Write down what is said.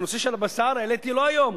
את נושא הבשר העליתי לא היום,